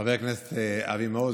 חבר הכנסת אבי מעוז,